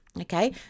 okay